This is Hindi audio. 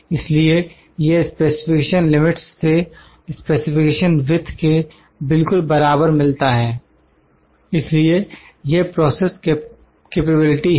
इसलिए यह स्पेसिफिकेशन लिमिट्स से स्पेसिफिकेशन विथ के बिल्कुल बराबर मिलता है इसलिए यह प्रोसेस कैपेबिलिटी है